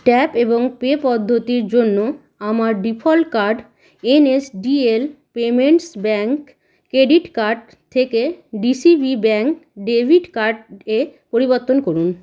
tap এবং pay পদ্ধতির জন্য আমার default card N S D L payments bank credit card থেকে D C B bank debit card এ পরিবর্তন করুন